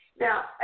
Now